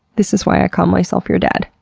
this is why i call myself your dad.